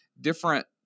different